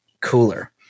cooler